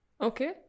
Okay